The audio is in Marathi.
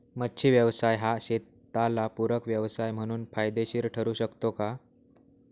मच्छी व्यवसाय हा शेताला पूरक व्यवसाय म्हणून फायदेशीर ठरु शकतो का?